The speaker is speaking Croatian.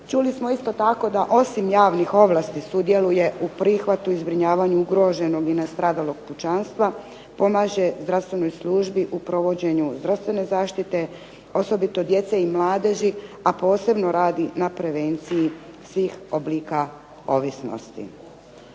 Čuli smo isto tako da osim javnih djelatnosti sudjeluje u prihvatu i zbrinjavanju ugroženog i nastradalog pučanstva, pomaže zdravstvenoj službi u provođenju zdravstvene zaštite osobito djece i mladeži a posebno radi na prevenciji svih oblika ovisnosti.